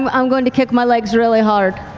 um i'm going to kick my legs really hard.